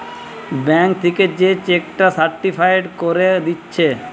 bank থিকে যে cheque টা সার্টিফায়েড কোরে দিচ্ছে